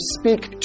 speak